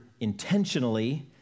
intentionally